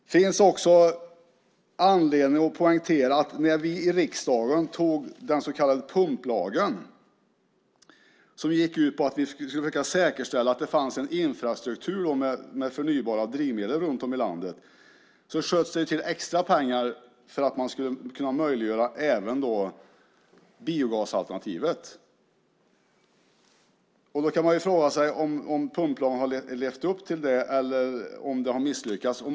Det finns också anledning att poängtera att när vi i riksdagen antog den så kallade pumplagen, som gick ut på att vi skulle försöka säkerställa att det fanns en infrastruktur med förnybara drivmedel runt om i landet, sköts det till extra pengar för att man skulle kunna möjliggöra även biogasalternativet. Då kan man fråga sig om pumplagen har levt upp till det eller om den har misslyckats.